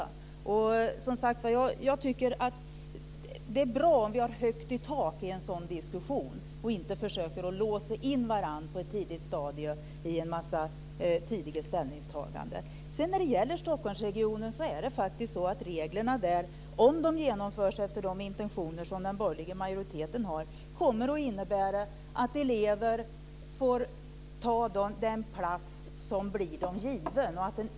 Jag tycker, som sagt, att det är bra om vi har högt i tak i en sådan diskussion och inte på tidigt stadium försöker låsa in varandra i en mängd tidiga ställningstaganden. Vad gäller Stockholmsregionen kommer reglerna där, om de genomförs enligt den borgerliga majoritetens intentioner, att innebära att eleven får ta den plats som blir honom eller henne given.